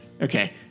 Okay